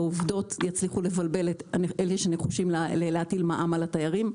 העובדות יצליחו לבלבל את אלה שנחושים להטיל מע"מ על התיירים.